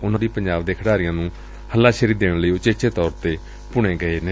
ਰਾਣਾ ਸੋਢੀ ਪੰਜਾਬ ਦੇ ਖਿਡਾਰੀਆਂ ਨੂੰ ਹਲਾਸ਼ੇਰੀ ਦੇਣ ਲਈ ਉਚੇਚੇ ਤੌਰ ਤੇ ਪੁਣੇ ਗਏ ਨੇ